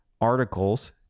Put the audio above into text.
articles